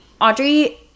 Audrey